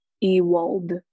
Ewald